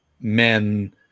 men